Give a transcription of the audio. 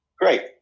great